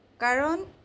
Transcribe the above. কাৰণ